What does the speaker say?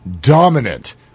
dominant